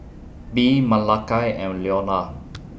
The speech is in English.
Bee Malakai and Leola